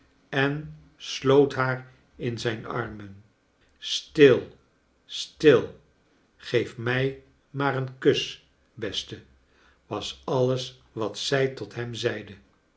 en sloot haar in zijn armen stil stil geef mij maar een kus beste was alles wat zrj tot hem zeide